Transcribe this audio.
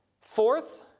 Fourth